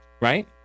Right